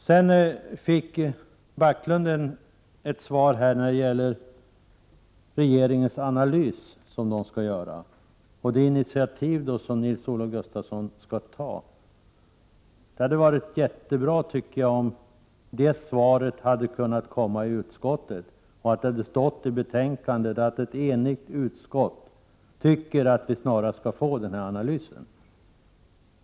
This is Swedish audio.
Rune Backlund fick svar beträffande den analys som regeringen skall göra och det initiativ som Nils-Olof Gustafsson skall ta. Det hade varit mycket bra om det svaret hade kunnat komma i utskottet och det hade stått i betänkandet att ett enigt utskott tycker att vi snarast skall få en sådan analys.